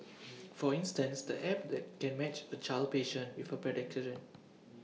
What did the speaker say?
for instance the app that can match A child patient with A paediatrician